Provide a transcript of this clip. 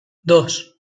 dos